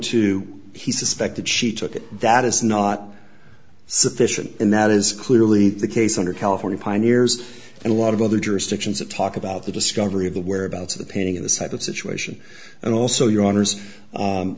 to he suspected she took it that is not sufficient and that is clearly the case under california pioneers and a lot of other jurisdictions that talk about the discovery of the whereabouts of the painting in the sight of situation and also your honour's